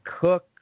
Cook